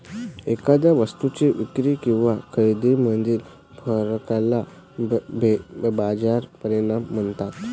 एखाद्या वस्तूच्या विक्री किंवा खरेदीमधील फरकाला बाजार परिणाम म्हणतात